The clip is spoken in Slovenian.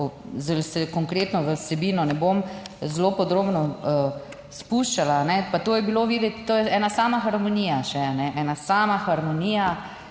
tudi konkretno v vsebino ne bom zelo podrobno spuščala, pa to je bilo videti, to je ena sama harmonija še, ena sama harmonija.